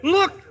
Look